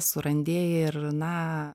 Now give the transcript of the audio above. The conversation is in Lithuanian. surandėja ir na